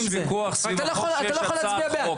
אתה לא יכול להצביע בעד.